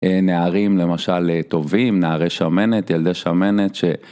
נערים למשל טובים, נערי שמנת, ילדי שמנת ש...